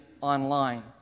online